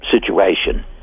situation